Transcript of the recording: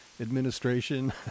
administration